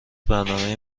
برنامه